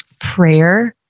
prayer